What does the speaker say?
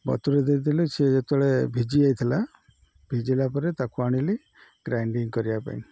ବତୁରାଇ ଦେଇଥିଲି ସିଏ ଯେତେବେଳେ ଭିଜି ଯାଇଥିଲା ଭିଜିଲା ପରେ ତାକୁ ଆଣିଲି ଗ୍ରାଇଣ୍ଡିଙ୍ଗ କରିବା ପାଇଁ